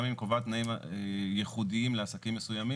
גם אם קובעת תנאים ייחודיים לעסקים מסוימים,